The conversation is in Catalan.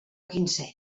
quinzè